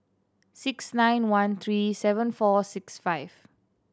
six nine one three seven four six five